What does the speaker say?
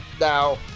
now